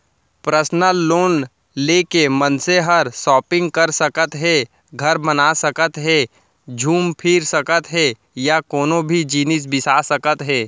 personal loan ले के मनसे हर सॉपिंग कर सकत हे, घर बना सकत हे घूम फिर सकत हे या कोनों भी जिनिस बिसा सकत हे